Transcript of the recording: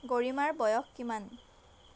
গৰিমাৰ বয়স কিমান